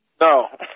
No